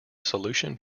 solution